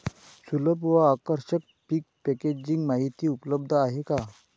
सुलभ व आकर्षक पीक पॅकेजिंग माहिती उपलब्ध आहे का?